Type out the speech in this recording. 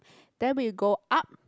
then we go up